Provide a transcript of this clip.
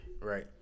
Right